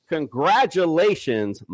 Congratulations